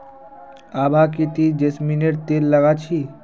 आभा की ती जैस्मिनेर तेल लगा छि